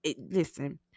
Listen